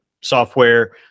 software